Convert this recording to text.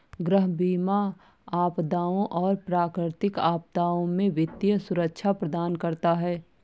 गृह बीमा आपदाओं और प्राकृतिक आपदाओं से वित्तीय सुरक्षा प्रदान करता है